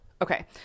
Okay